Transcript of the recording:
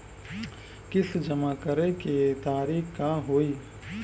किस्त जमा करे के तारीख का होई?